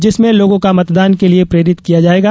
जिसमें लोगों का मतदान के लिए प्रेरित किया जायेगा